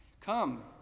Come